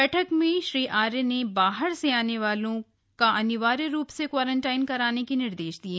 बैठक में श्री आर्य ने बाहर से आने वालों का अनिवार्य रूप से क्वारंटाइन कराने के निर्देश दिये